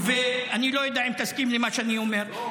אני לא יודע אם תסכים למה שאני אומר.